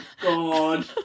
god